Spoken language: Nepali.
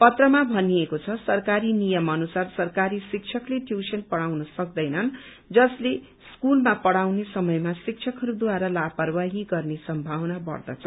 पत्रमा भनिएको छ सरकारी नियम अनुसार सरकारी शिक्षकले टयूशन पढ़ाउन सक्दैन जसले स्कूलमा पढ़ाउने समयमा शिक्षकहरूद्वारा लापरवाही गर्ने सम्मावना बढ्दछ